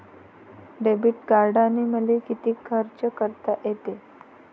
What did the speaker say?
Debit कार्डानं मले किती खर्च करता येते?